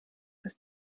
als